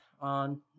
on